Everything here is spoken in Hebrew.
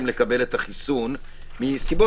לפעילות השקעה של כרטיסים כאלה שיכולים להיות בעלויות